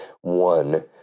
one